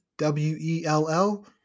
W-E-L-L